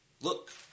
Look